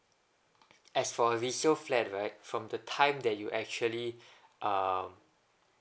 as for a resale flat right from the time that you actually um